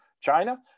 China